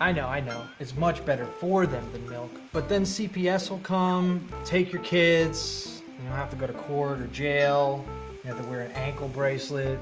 i know, i know, its much better for them than milk, but then cps will come, take your kids and you'll have to go to court or jail, you'll have to wear an ankle bracelet